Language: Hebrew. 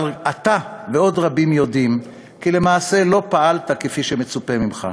אבל אתה ועוד רבים יודעים כי למעשה לא פעלת כפי שמצופה ממך,